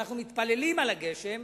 ואנחנו מתפללים לגשם,